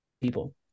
people